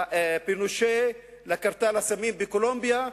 בפינושה, בקרטל הסמים בקולומביה.